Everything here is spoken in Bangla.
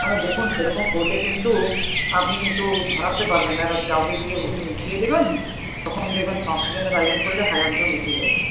আমি দেখুন সেরকম পড়লে কিন্তু আপনি কিন্তু ধরাতে পারবেন না কাউকে দিয়ে উঠিয়ে দেবেন তখন দেকবেন পাঁচশো জনের আয়োজন করলে হাজারজন এসে যাবে